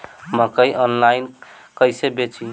मकई आनलाइन कइसे बेची?